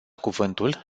cuvântul